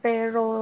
Pero